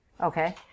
okay